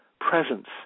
presence